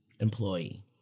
employee